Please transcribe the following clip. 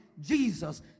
Jesus